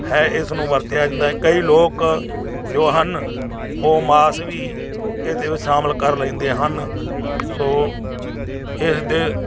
ਹੈ ਇਸ ਨੂੰ ਵਰਤਿਆ ਜਾਂਦਾ ਹੈ ਕਈ ਲੋਕ ਜੋ ਹਨ ਉਹ ਮਾਸ ਵੀ ਇਸ ਦੇ ਵਿੱਚ ਸ਼ਾਮਿਲ ਕਰ ਲੈਂਦੇ ਹਨ ਸੋ ਇਸ ਦੇ